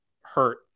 hurt